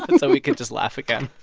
but and so we can just laugh again.